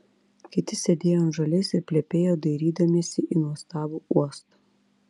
kiti sėdėjo ant žolės ir plepėjo dairydamiesi į nuostabų uostą